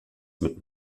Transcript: mit